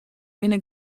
binne